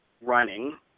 running